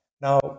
Now